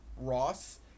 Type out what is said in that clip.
Ross